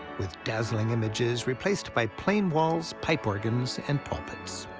with dazzling images replaced by plain walls, pipe organs, and pulpits.